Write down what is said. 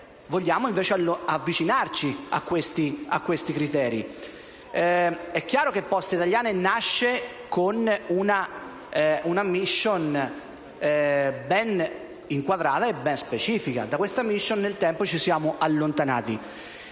vogliamo avvicinarci a questi criteri. È chiaro che Poste italiane nasce con una *mission* ben inquadrata e specifica. Da questa *mission* nel tempo ci siamo allontanati.